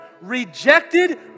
rejected